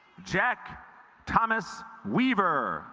jack thomas weaver